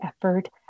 effort